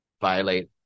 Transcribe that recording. violate